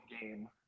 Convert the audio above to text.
game